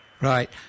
Right